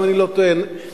אם אני לא טועה בעובדות.